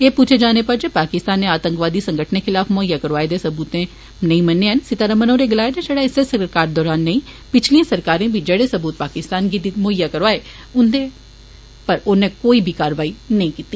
एह् पुच्छे जाने पर जे पाकिस्तान नै आतंकवादी संगठनें खलाफ मुहैया करोआए दे सबूत नेई मन्ने न सीतारमण होरें गलाया जे शड़ा इस्सै सरकार दरान नेईं पिछलिएं सरकारें बी जेड़े सबूत पाकिस्तान गी मुहैया करोआए उन्ने उंदे पर कोई कार्रवाई नेंई कीती